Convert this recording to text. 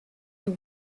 you